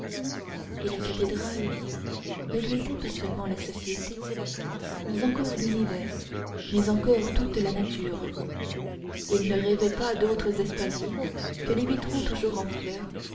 et la cathédrale ne lui était pas seulement la société mais encore l'univers mais encore toute la nature il ne rêvait pas d'autres espaliers que les vitraux toujours en fleur